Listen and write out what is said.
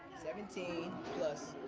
seventeen